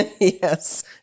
yes